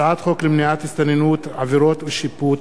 הצעת חוק למניעת הסתננות (עבירות ושיפוט)